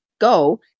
go